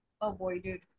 avoided